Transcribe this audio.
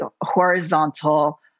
horizontal